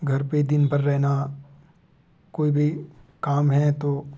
घर पर दिन भर रहना कोई भी काम है तो